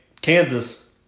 Kansas